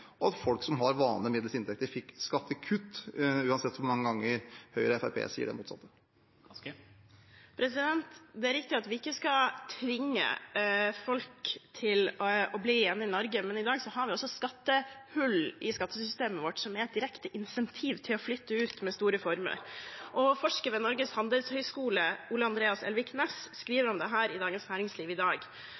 og at folk som har vanlige og middels inntekter, fikk skattekutt, uansett hvor mange ganger Høyre og Fremskrittspartiet sier det motsatte. Det er riktig at vi ikke skal tvinge folk til å bli hjemme i Norge, men i dag har vi hull i skattesystemet vårt som er et direkte insentiv til å flytte ut med store formuer. Forsker ved Norges handelshøyskole, Ole-Andreas Elvik Næss, skriver om dette i Dagens Næringsliv i dag.